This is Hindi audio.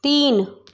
तीन